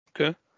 Okay